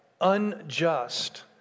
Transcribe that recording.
unjust